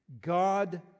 God